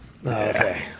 Okay